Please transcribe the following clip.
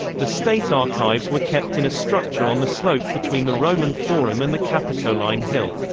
the state archives were kept in a structure on the slope between the roman forum and the capitoline hill.